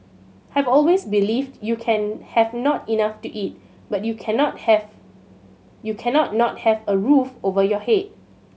I've always believed you can have not enough to eat but you cannot have you cannot not have a roof over your head